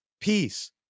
peace